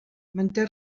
manté